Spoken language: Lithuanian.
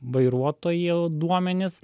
vairuotojo duomenys